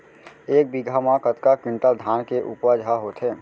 एक बीघा म कतका क्विंटल धान के उपज ह होथे?